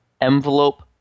envelope